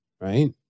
right